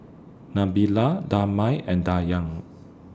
Nabila Damia and Dayang